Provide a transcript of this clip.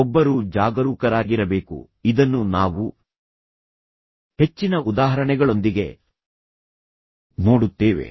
ಒಬ್ಬರು ಜಾಗರೂಕರಾಗಿರಬೇಕು ಇದನ್ನು ನಾವು ಹೆಚ್ಚಿನ ಉದಾಹರಣೆಗಳೊಂದಿಗೆ ನೋಡುತ್ತೇವೆ